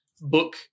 book